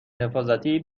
حفاظتی